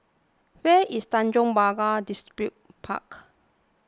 where is Tanjong Pagar Distripark